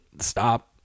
stop